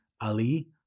Ali